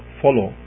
follow